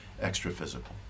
extra-physical